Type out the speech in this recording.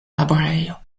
laborejo